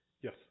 Yes